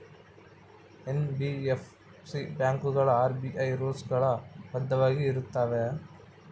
NBFC ಬ್ಯಾಂಕುಗಳು RBI rules ಗಳು ಬದ್ಧವಾಗಿ ಇರುತ್ತವೆಯ?